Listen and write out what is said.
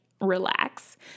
relax